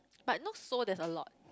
but I know Seoul there's a lot